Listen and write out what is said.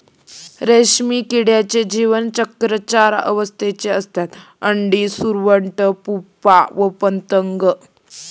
रेशीम किड्याचे जीवनचक्र चार अवस्थांचे असते, अंडी, सुरवंट, प्युपा व पतंग